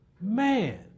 Man